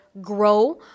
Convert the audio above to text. grow